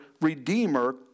redeemer